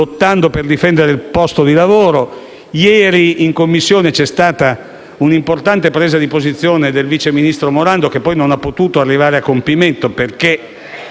lottando per difendere il posto di lavoro; ieri in Commissione c'è stata un'importante presa di posizione del vice ministro Morando, che poi non è potuta arrivare a compimento